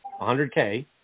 100K